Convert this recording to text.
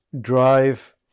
drive